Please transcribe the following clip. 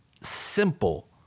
simple